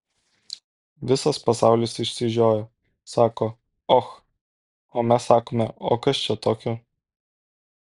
visas pasaulis išsižioja sako och o mes sakome o kas čia tokio